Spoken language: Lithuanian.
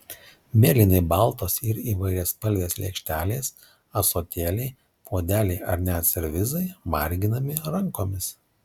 mėlynai baltos ir įvairiaspalvės lėkštelės ąsotėliai puodeliai ar net servizai marginami rankomis